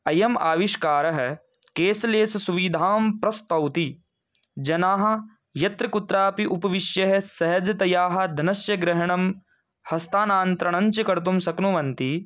अयं आविष्कारः केसलेषु सुविधां प्रस्तौति जनाः यत्र कुत्रापि उपविश्य सहजतयाः धनस्य ग्रहणं हस्तान्तरञ्च कर्तुं शक्नुवन्ति